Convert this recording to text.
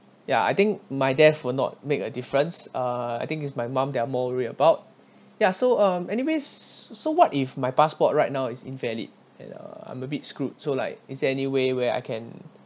ya I think my death will not make a difference uh I think is my mom they're more worry about ya so um anyways so what if my passport right now is invalid and uh I'm a bit screwed so like is there any way where I can